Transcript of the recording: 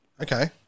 Okay